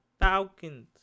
Falcons